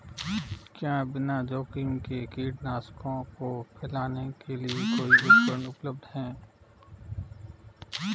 क्या बिना जोखिम के कीटनाशकों को फैलाने के लिए कोई उपकरण उपलब्ध है?